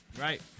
Right